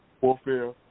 warfare